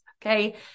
Okay